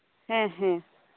ᱦᱮᱸ ᱦᱮᱸ